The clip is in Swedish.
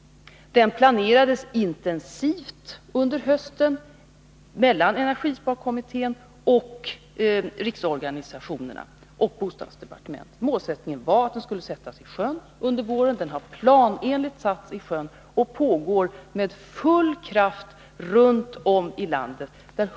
Den planerades intensivt under hösten mellan energisparkommittén, riksorganisationerna och bostadsdepartementet. Målsättningen var att den skulle sättas i sjön under våren, och den har planenligt satts i sjön och pågår med full kraft runt om i landet.